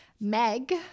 Meg